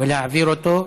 ולהעביר אותו: